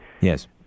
Yes